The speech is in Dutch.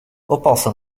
oppassen